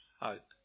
hope